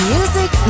Music